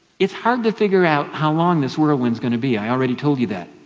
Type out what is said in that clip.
is hard to figure out how long this whirlwind is going to be. i already told you that.